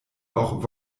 auch